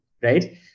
right